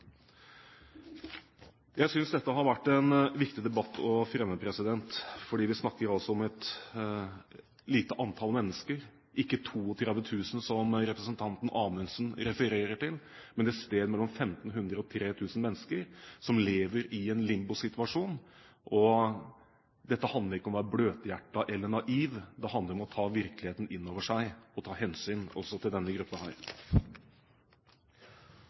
Jeg synes dette har vært en viktig debatt å fremme, fordi vi snakker om et lite antall mennesker – ikke 32 000, som representanten Amundsen refererer til, men et sted mellom 1 500 og 3 000 mennesker, som lever i en limbosituasjon. Og dette handler ikke om å være bløthjertet eller naiv; det handler om å ta virkeligheten inn over seg og ta hensyn også til denne